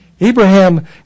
Abraham